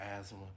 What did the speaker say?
asthma